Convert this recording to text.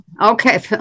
okay